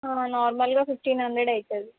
నార్మల్గా fifteen hundred అవుతుంది